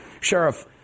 Sheriff